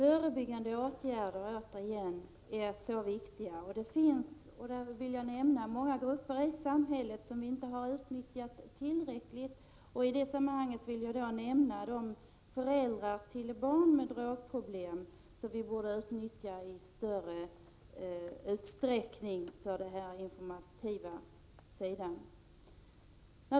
Herr talman! Det finns många grupper i samhället som inte tillräckligt har fått del av de förebyggande åtgärderna, vilka är så viktiga. För att kunna ge mer information bör vi i större utsträckning än hittills anlita föräldrar till barn med drogproblem.